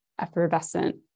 effervescent